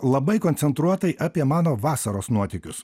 labai koncentruotai apie mano vasaros nuotykius